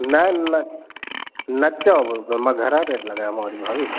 न न न चओ मां घणा घटि लॻायामाव वरी भाभी